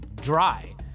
dry